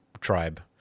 Tribe